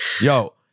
Yo